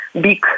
big